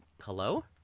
hello